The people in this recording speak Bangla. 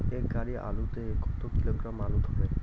এক গাড়ি আলু তে কত কিলোগ্রাম আলু ধরে?